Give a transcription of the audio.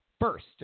first